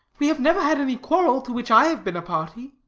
we have never had any quarrel, to which i have been a party.